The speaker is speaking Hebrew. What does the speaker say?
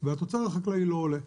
שהתוצר החקלאי לא עולה,